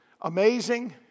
amazing